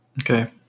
Okay